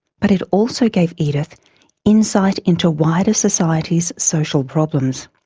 but it also gave edith insight into wider society's social problems.